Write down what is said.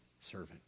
servant